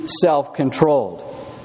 self-controlled